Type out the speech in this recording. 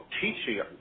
teaching